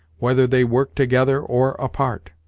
whether they work together or apart